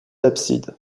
absides